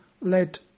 led